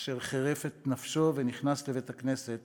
אשר חירף את נפשו ונכנס לבית-הכנסת